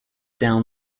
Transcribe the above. down